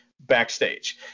backstage